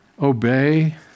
obey